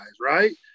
right